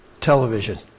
television